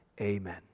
amen